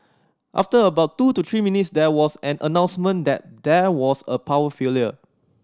after about two to three minutes there was an announcement that there was a power failure